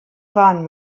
waren